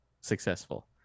successful